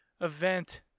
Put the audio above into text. event